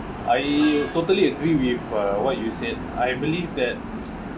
I totally agree with uh what you said I believe that